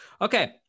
okay